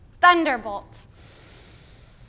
thunderbolt